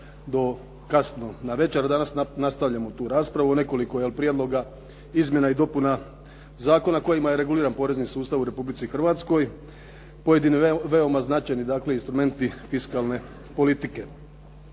do kasno na večer, a danas nastavljamo tu raspravu, nekoliko je prijedloga izmjena i dopuna zakona kojima je reguliran porezni sustav u Republici Hrvatskoj, pojedini veoma značajni dakle, instrumenti fiskalne politike.